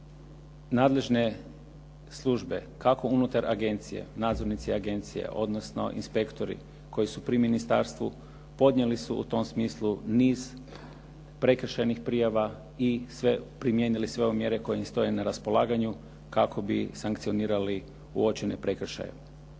Nadležne službe kako unutar agencije, nadzornici agencije, odnosno inspektori koji su pri ministarstvu podnijeli su u tom smislu niz prekršajnih prijava i sve, primijenili sve ove mjere koje im stoje na raspolaganju, kako bi sankcionirali uočene prekršaje.